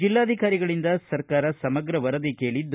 ಜಿಲ್ಲಾಧಿಕಾರಿಗಳಿಂದ ಸರ್ಕಾರ ಸಮಗ್ರ ವರದಿ ಕೇಳಿದೆ